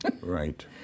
right